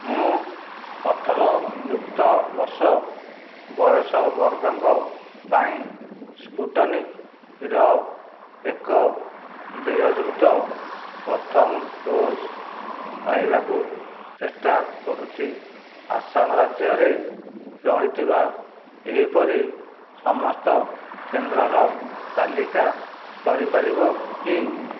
ମୁଁ ଅଠର ଯୁକ୍ତ ବର୍ଷ ବୟସ ବର୍ଗଙ୍କ ପାଇଁ ସ୍ପୁଟନିକ୍ର ଏକ ଦେୟଯୁକ୍ତ ପ୍ରଥମ ଡୋଜ୍ ପାଇବାକୁ ଚେଷ୍ଟା କରୁଛି ଆସାମ ରାଜ୍ୟରେ ରହିଥିବା ଏହିପରି ସମସ୍ତ କେନ୍ଦ୍ରର ତାଲିକା କରିପାରିବ କି